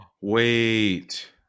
wait